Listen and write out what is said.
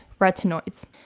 retinoids